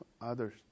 others